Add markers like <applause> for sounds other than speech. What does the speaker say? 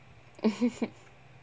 <laughs>